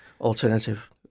alternative